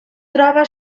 troba